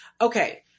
Okay